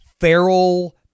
feral